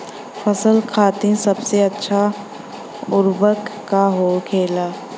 फसल खातीन सबसे अच्छा उर्वरक का होखेला?